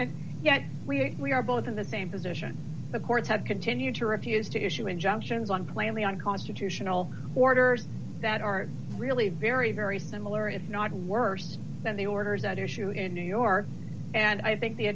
and yet we are both in the same position the courts have continued to refuse to issue injunctions one claiming unconstitutional orders that are really very very similar if not worse than the orders at issue in new york and i think the